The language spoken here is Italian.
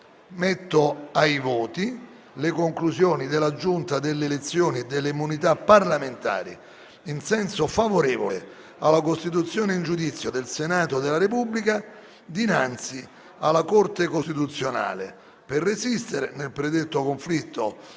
simultaneo delle conclusioni della Giunta delle elezioni e delle immunità parlamentari in senso favorevole alla costituzione in giudizio del Senato della Repubblica dinanzi alla Corte costituzionale per resistere nel predetto conflitto